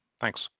Thanks